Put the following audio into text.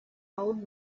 old